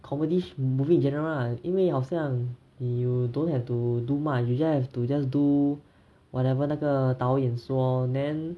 comedy movie in general lah 因为好像 you don't have to do much you just have to just do whatever 那个导演说 then